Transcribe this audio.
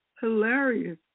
hilarious